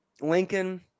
Lincoln